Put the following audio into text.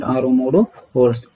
63 వోల్ట్లు